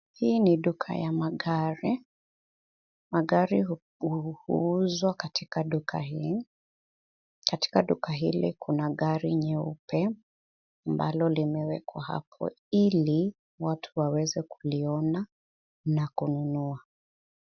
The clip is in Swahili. Hii ni duka ya magari. Magari huuzwa katika duka hii. Katika duka hili kuna gari nyeupe ambalo limewekwa hapo ili watu waweze kuliona na kununua.